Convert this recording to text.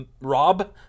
Rob